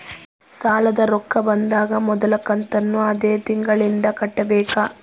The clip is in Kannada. ಸಾಲದ ರೊಕ್ಕ ಬಂದಾಗ ಮೊದಲ ಕಂತನ್ನು ಅದೇ ತಿಂಗಳಿಂದ ಕಟ್ಟಬೇಕಾ?